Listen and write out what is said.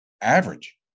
average